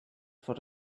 for